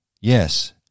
yes